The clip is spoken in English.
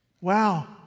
Wow